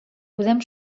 podem